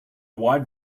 wide